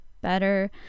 better